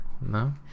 no